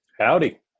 Howdy